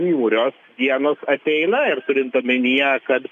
niūrios dienos ateina ir turint omenyje kad